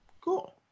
cool